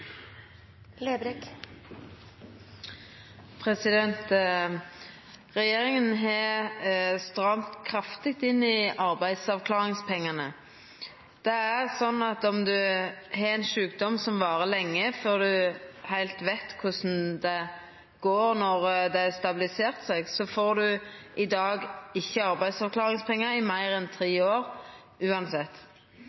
sånn at om ein har ein sjukdom som varar lenge før ein heilt veit korleis det går når det har stabilisert seg, får ein i dag ikkje arbeidsavklaringspengar i meir enn tre